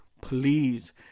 please